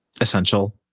essential